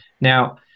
Now